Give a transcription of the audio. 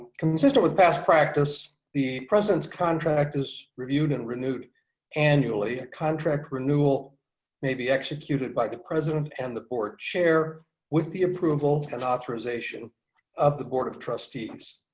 consistent with past practice, the president's contract is reviewed and renewed annually. a contract renewal may be executed by the president and the board chair with the approval and authorization of the board of trustees.